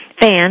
fan